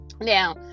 Now